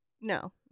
No